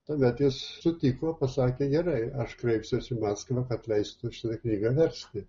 tuomet jis sutiko pasakė gerai aš kreipsiuos į maskvą kad leistų šitą knygą versti